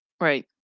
right